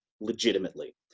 legitimately